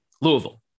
Louisville